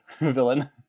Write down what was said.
villain